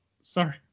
Sorry